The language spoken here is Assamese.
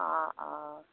অঁ অঁ